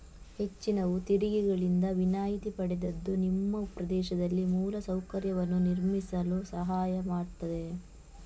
ಹೆಚ್ಚಿನವು ತೆರಿಗೆಗಳಿಂದ ವಿನಾಯಿತಿ ಪಡೆದಿದ್ದು ನಿಮ್ಮ ಪ್ರದೇಶದಲ್ಲಿ ಮೂಲ ಸೌಕರ್ಯವನ್ನು ನಿರ್ಮಿಸಲು ಸಹಾಯ ಮಾಡ್ತದೆ